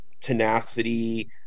tenacity